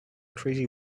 crazy